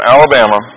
Alabama